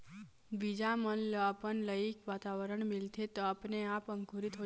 बीजा मन ल अपन लइक वातावरन मिलथे त अपने आप अंकुरित हो जाथे